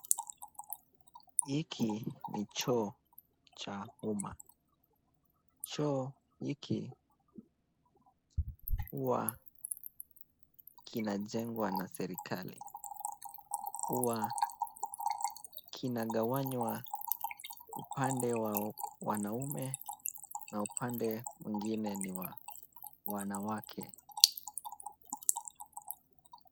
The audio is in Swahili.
Hiki ni choo cha umma. Choo hiki huwa kinajengwa na serikali huwa kinagawanywa upande wa wanaume na upande mwingine ni wa wanawake.